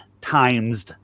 times